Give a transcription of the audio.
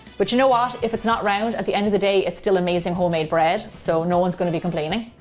but you know what, um if it's not round, at the end of the day it's still amazing homemade bread, so no one is gonna be complaining.